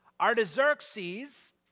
Artaxerxes